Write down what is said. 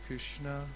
Krishna